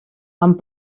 amb